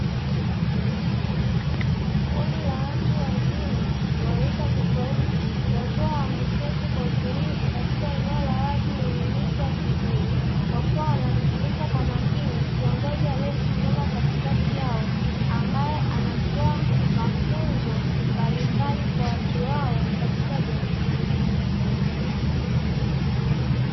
Kundi la watu wazima wa rika tofauti wakiwa wameketi kwa utulivu katika eneo la wazi lenye miti ya kivuli, wakiwa wanasikiliza kwa makini kiongozi aliyesimama katikati yao, ambaye anatoa mafunzo mbalimbali kwa watu wao katika jamii.